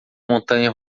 montanha